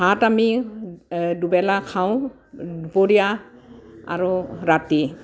ভাত আমি দুবেলা খাওঁ দুপৰীয়া আৰু ৰাতি